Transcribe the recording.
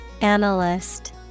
Analyst